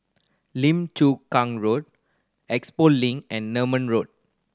Lim Chu Kang Road Expo Link and Nerman Road